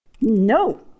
No